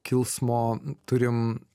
kilsmo turim